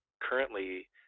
currently